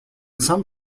some